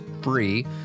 free